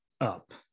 up